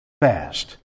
fast